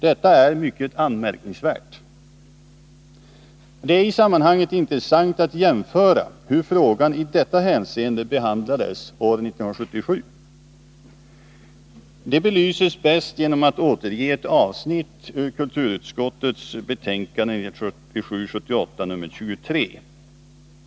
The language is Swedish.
Detta är mycket anmärkningsvärt. Det är i sammanhanget intressant att jämföra med hur frågan i detta hänseende behandlades år 1977. Detta belyses bäst i ett avsnitt i kulturutskottets betänkande 1977/78:23.